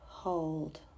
Hold